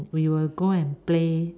we will go and play